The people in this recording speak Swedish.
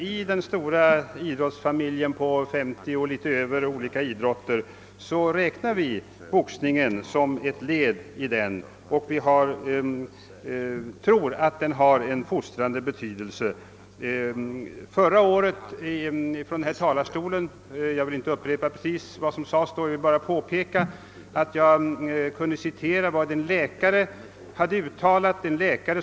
I den stora idrottsfamiljen med över 50 olika idrotter inräknas emellertid också boxningen, och vi tror att den har en fostrande roll. Jag vill inte upprepa vad jag sade förra året då jag citerade en läkares positiva uttalanden om boxningen.